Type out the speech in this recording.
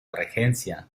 regencia